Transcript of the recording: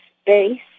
space